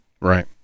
Right